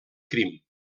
crim